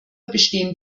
bestehen